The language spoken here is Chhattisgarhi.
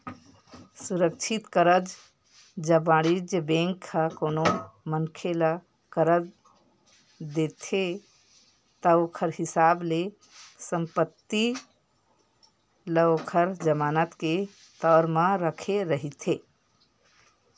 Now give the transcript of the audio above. सुरक्छित करज, जब वाणिज्य बेंक ह कोनो मनखे ल करज देथे ता ओखर हिसाब ले संपत्ति ल ओखर जमानत के तौर म रखे रहिथे